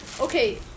Okay